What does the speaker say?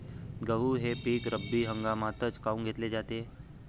गहू हे पिक रब्बी हंगामामंदीच काऊन घेतले जाते?